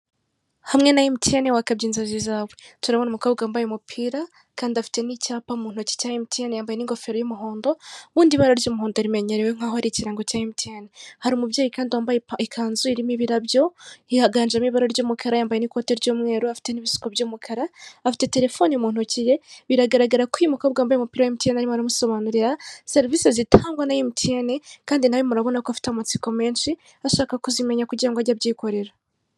Hamwe na emutiyeni wakabya inzozi zawe, turabona umukobwa wambaye umupira kandi afite n'icyapa mu ntoki cya emutiyeni yambaye n'ingofero y'umuhondo, bundi ibara ry'umuhondo rimenyerewe nkaho ari ikirango cya emutiyeni, hari umubyeyi kandi wambaye ikanzu irimo ibirabyo haganjemo ibara ry'umukara yambaye n'ikote ry'umweru afite n'ibisuko by'umukara afite terefoni mu ntoki ye, biragaragara ko uyu mukobwa wambaye umupira wa emutiyeni arimo aramusobanurira serivisi zitangwa na emutiyeni kandi nawe murabona ko afite amatsiko menshi, ashaka kuzimenya kugira ngo ajye abyikorera.